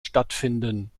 stattfinden